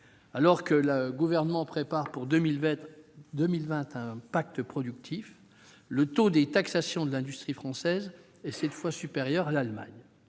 Alors que le Gouvernement prépare pour 2020 un « pacte productif », le taux de taxation de l'industrie française est sept fois supérieur à celui de